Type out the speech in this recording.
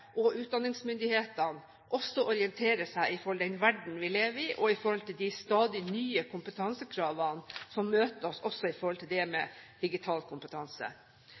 og utdanningsmyndighetene også orienterer seg i forhold til den verdenen vi lever i, og med tanke på de stadig nye kompetansekravene som også møter oss når det gjelder digital kompetanse.